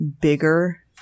bigger